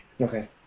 Okay